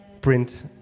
print